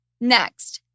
Next